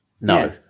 No